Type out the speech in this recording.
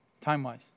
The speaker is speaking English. time-wise